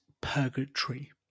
purgatory